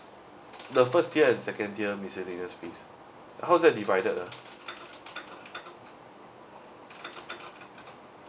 the first tier and second tier miscellaneous fees how's that divided ah